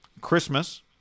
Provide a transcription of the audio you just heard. Christmas